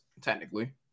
technically